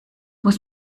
muss